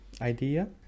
idea